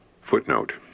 Footnote